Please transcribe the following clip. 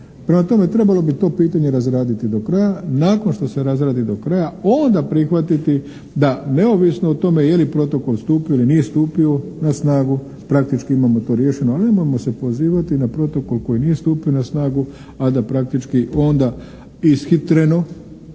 Prema tome trebalo bi to pitanje razraditi do kraja. Nakon što se razradi do kraja onda prihvatiti da neovisno o tome je li protokol stupio ili nije stupio na snagu praktički imamo to riješeno, ali nemojmo se pozivati na protokol koji nije stupio na snagu, a da praktički onda ishitreno